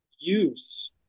use